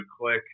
click